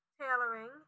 tailoring